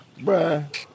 Bruh